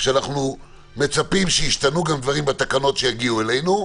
שאנחנו מצפים שישתנו דברים בתקנות שיגיעו אלינו,